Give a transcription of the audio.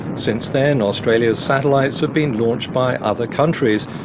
since then, australia's satellites have been launched by other countries,